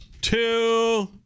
Two